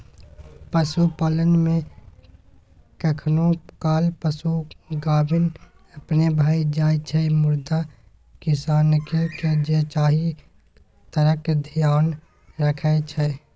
पशुपालन मे कखनो काल पशु गाभिन अपने भए जाइ छै मुदा किसानकेँ जे चाही तकर धेआन रखै छै